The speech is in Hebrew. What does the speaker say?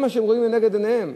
זה מה שהם רואים לנגד עיניהם.